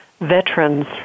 Veterans